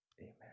Amen